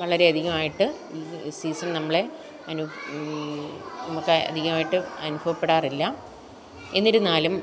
വളരെ അധികം ആയിട്ട് ഈ സീസൺ നമ്മളെ നമുക്ക് അധികമായിട്ട് അനുഭവപ്പെടാറില്ല എന്നിരുന്നാലും